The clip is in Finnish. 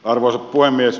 arvoisa puhemies